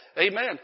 Amen